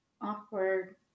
awkward